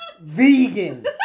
vegan